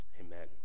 Amen